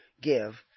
give